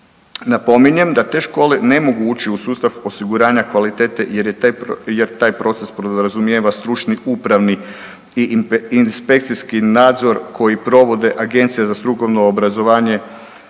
Napominjem da te škole ne mogu ući u sustav osiguranja kvalitete jer taj proces podrazumijeva stručni upravi i inspekcijski nadzor koji provode Agencija za strukovno obrazovanje